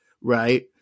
Right